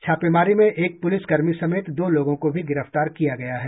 छापेमारी में एक पुलिसकर्मी समेत दो लोगों को भी गिरफ्तार किया गया है